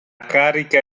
carica